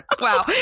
wow